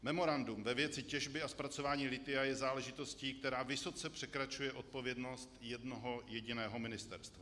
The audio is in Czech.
Memorandum ve věci těžby a zpracování lithia je záležitostí, která vysoce překračuje odpovědnost jednoho jediného ministerstva.